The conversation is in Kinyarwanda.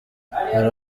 hari